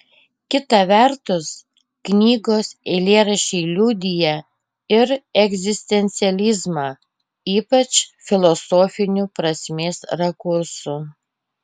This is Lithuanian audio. kita vertus knygos eilėraščiai liudija ir egzistencializmą ypač filosofiniu prasmės rakursu